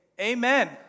Amen